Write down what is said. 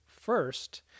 first